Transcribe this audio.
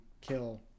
kill